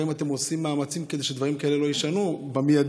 האם אתם עושים מאמצים כדי שדברים כאלה לא יישנו במיידי?